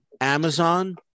Amazon